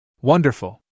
Wonderful